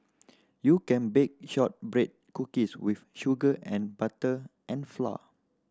you can bake shortbread cookies with sugar and butter and flour